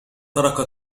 تركت